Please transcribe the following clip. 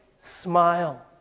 smile